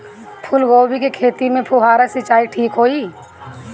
फूल गोभी के खेती में फुहारा सिंचाई ठीक होई?